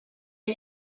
hau